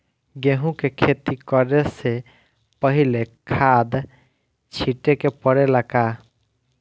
गेहू के खेती करे से पहिले खाद छिटे के परेला का?